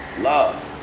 love